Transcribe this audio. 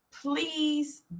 please